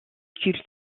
culte